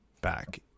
back